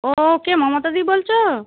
ও কে মমতাদি বলছো